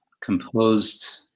composed